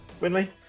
Winley